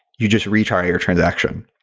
you just retry your transaction.